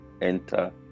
enter